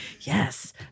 yes